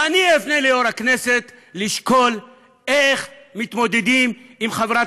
אני אפנה אל יושב-ראש הכנסת לשקול איך מתמודדים עם חברת